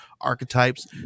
archetypes